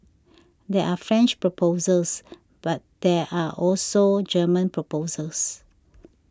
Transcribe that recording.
there are French proposals but there are also German proposals